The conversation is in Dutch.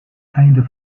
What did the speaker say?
einde